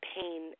pain